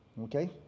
Okay